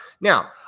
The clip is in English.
Now